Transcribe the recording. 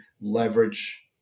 leverage